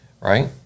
right